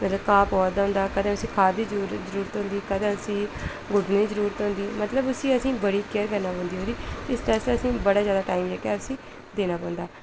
घाऽ पवै दा होंदा कदें उसी खाद दी जर जरूरत होंदी कदें उसी गुड्डनें दी जरूरत होंदी मतलब उसी असें ई बड़ी केयर करनी पौंदी ओह्दी इसदे आस्तै असें ई बड़ा टैम जेह्का ऐ उसी देना पौंदा